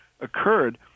occurred